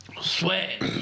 Sweat